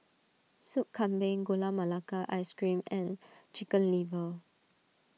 Soup Kambing Gula Melaka Ice Cream and Chicken Liver